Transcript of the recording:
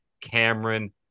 Cameron